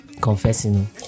confessing